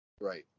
Right